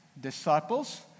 disciples